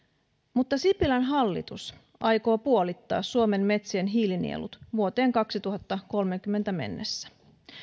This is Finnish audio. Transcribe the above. mutta sipilän hallitus aikoo puolittaa suomen metsien hiilinielut vuoteen kaksituhattakolmekymmentä mennessä